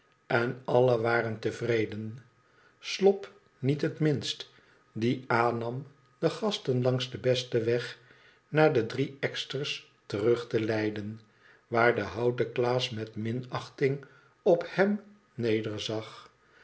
en allen waren tevreden slop niet het minst die aannam de gasten langs den besten weg naar de drie eksters terug te geleiden waar de houten klaas met minachting op hem nederzag